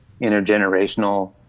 intergenerational